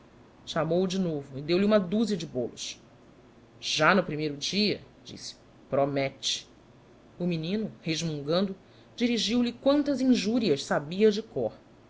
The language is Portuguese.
chamou-o de novo e deu-lhe uma dúzia de bolos já no primeiro dia disse promette o menino resmungando dirigiu-lhe quantas injurias sabia de cór